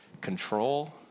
control